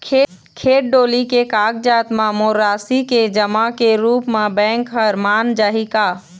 खेत डोली के कागजात म मोर राशि के जमा के रूप म बैंक हर मान जाही का?